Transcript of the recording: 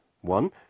one